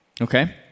Okay